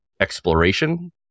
exploration